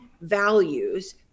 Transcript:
values